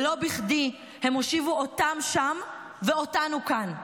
ולא בכדי הם הושיבו אותם שם ואותנו כאן,